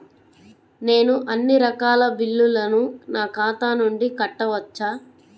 నేను అన్నీ రకాల బిల్లులను నా ఖాతా నుండి కట్టవచ్చా?